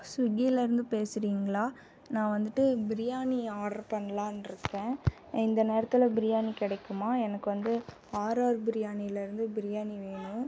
ஸ்விகிலேருந்து பேசுகிறிங்களா நான் வந்துட்டு பிரியாணி ஆடர் பண்ணலான்னு இருக்கேன் இந்த நேரத்தில் பிரியாணி கிடைக்குமா எனக்கு வந்து ஆர் ஆர் பிரியாணிலேருந்து பிரியாணி வேணும்